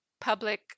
public